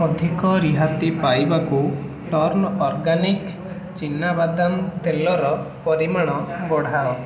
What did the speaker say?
ଅଧିକ ରିହାତି ପାଇବାକୁ ଟର୍ନ୍ ଅର୍ଗାନିକ୍ ଚୀନାବାଦାମ ତେଲର ପରିମାଣ ବଢ଼ାଅ